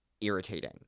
irritating